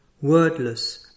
wordless